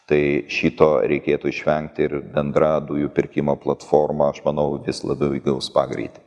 tai šito reikėtų išvengti ir bendra dujų pirkimo platforma aš manau vis labiau įgaus pagreitį